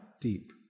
deep